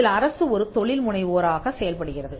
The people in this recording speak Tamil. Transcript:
இதில் அரசு ஒரு தொழில்முனைவோராக செயல்படுகிறது